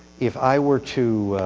if i were to